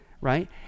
right